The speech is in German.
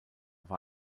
war